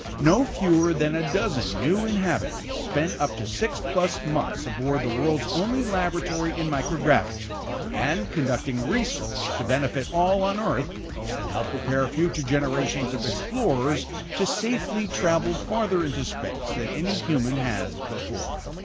no fewer than a dozen new inhabitants spent up to six-plus months aboard the world's only laboratory in microgravity and conducting research to benefit all on earth and help prepare future generations of explorers to safely travel farther into space than any human has before.